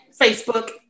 Facebook